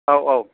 औ औ